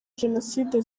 jenoside